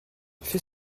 fais